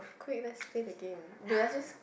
quick let's play the game dude let's just